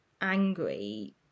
angry